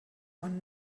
man